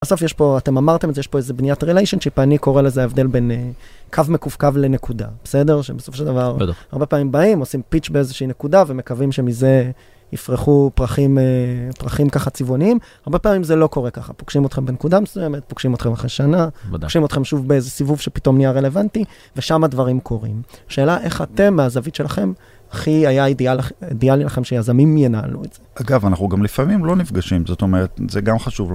בסוף יש פה, אתם אמרתם את זה, יש פה איזה בניית ריליישנשיפ, ואני קורא לזה ההבדל בין קו מקווקו לנקודה, בסדר? שבסופו של דבר, בטח, הרבה פעמים באים, עושים פיץ' באיזושהי נקודה, ומקווים שמזה יפרחו פרחים ככה צבעוניים. הרבה פעמים זה לא קורה ככה, פוגשים אתכם בנקודה מסוימת, פוגשים אתכם אחרי שנה, ודאי, פוגשים אתכם שוב באיזה סיבוב שפתאום נהיה רלוונטי, ושם הדברים קורים. השאלה איך אתם, מהזווית שלכם, הכי היה אידיאלי לכם שיזמים ינהלו את זה. אגב, אנחנו גם לפעמים לא נפגשים, זאת אומרת, זה גם חשוב.